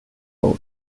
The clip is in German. road